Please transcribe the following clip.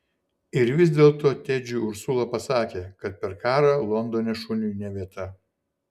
ir vis dėlto tedžiui ursula pasakė kad per karą londone šuniui ne vieta